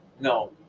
no